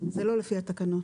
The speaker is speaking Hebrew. זה לא לפי התקנות.